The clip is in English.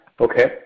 Okay